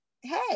hey